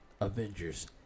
Avengers